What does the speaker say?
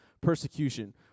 persecution